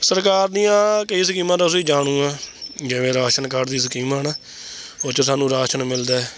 ਸਰਕਾਰ ਦੀਆਂ ਕਈ ਸਕੀਮਾਂ ਤੋਂ ਅਸੀਂ ਜਾਣੂ ਹਾਂ ਜਿਵੇਂ ਰਾਸ਼ਨ ਕਾਰਡ ਦੀ ਸਕੀਮ ਆ ਹੈ ਨਾ ਉਹ 'ਚ ਸਾਨੂੰ ਰਾਸ਼ਨ ਮਿਲਦਾ ਹੈ